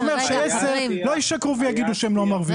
זה אומר שעשרה לא ישקרו ויגידו שהם לא מרוויחים.